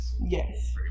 yes